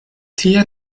tie